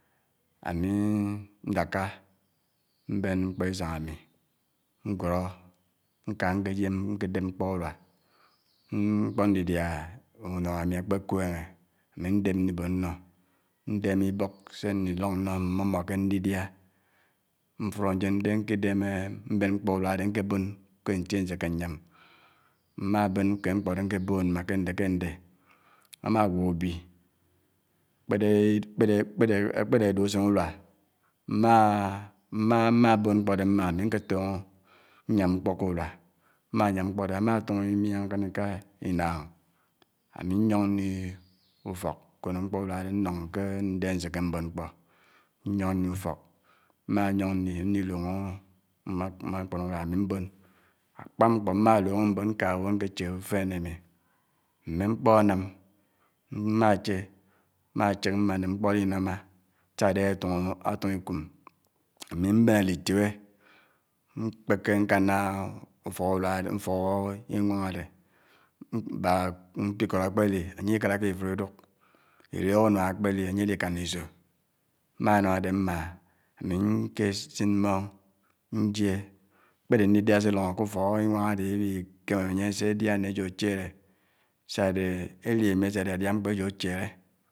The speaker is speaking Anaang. ámi ndáká mbèn mkpò isáng ámi ngwóró, nká nkè yèm nkè dèp mkpò uduà, mkpò ndidiá unám ámi ákpè-kwènghè, ámi ndèp ndibòn nnò, ndèmè ibòk sèndi lòng nnò mmòmò kè ndidià, mfudó dè ndièn nkèdèmè, mbèn mkpò uduá ádè nkè bòn kè ntiè nsèkè nyàm. Mà bèn ukèd mkpò ádè nkè bòn má ké ndè, kè ndè ámá gwó ubi, ákpèdè, kpèdè, ákpèdè ádè usèn uduá, má, má, má bòn mkpò ádè mà ámi nkè tóngó, uyàm mkpò k'uduá, má yám mkpò ádè, ámá tóngó imià nkániká ináng ámi nyòng ndi utòk, nkònò mkpò uduá ádì nlòng kè ndè ánsèkè mbòn mkpò, nyòng ndi ufòk, má yòng ndi, ndi dòngò mmé akpàn uduà ámi ubòn ákpá mkpò má lòngò mbòn, nká duòn nké ché ufènè ámi mè mkpò ànàm, mmá chè, máchè mà nè mkpò àdinàmmà sà ádè átòngò ikum, ámi mbèn áutibè mkpèkè, nkánná ufòk ubuá ádè, ufòk inwàng ádè bàk mkp'ikòt ákpé di, ányè ikárákè ifudò iduk, idiòk unàm ákpè di, ányè di káná isò, má nàm ádè mmà ámi nkè sin mmóng njiè kpèdè ndidià sè lòngò k'ufòk inwàng ádè ibihi kèm ányè sè diá nò éyò ásièdè sá ádè éli ámi ásè diá diá mkpò éyò achièlè.